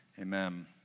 Amen